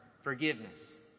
Forgiveness